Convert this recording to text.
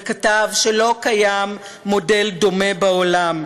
וכתב ש"לא קיים מודל דומה בעולם,